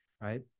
right